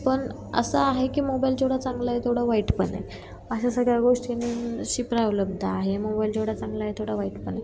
पण असं आहे की मोबाईल जेवढा चांगला आहे तेवढा वाईट पण आहे अशा सगळ्या गोष्टींनी शिप्रावलब्द आहे मोबाईल जेवढा चांगला आहे तेवढा वाईट पण आहे